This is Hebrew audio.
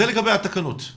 זה לגבי התקנות.